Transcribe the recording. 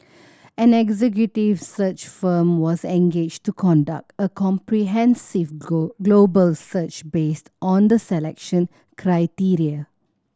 an executive search firm was engaged to conduct a comprehensive global search based on the selection criteria